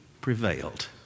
prevailed